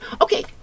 Okay